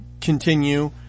continue